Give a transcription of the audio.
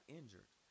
injured